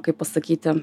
kaip pasakyti